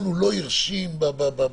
הוא לא הרשים בראיון.